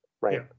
right